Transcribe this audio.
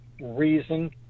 reason